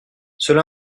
cela